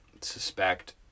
suspect